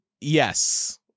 yes